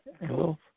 Hello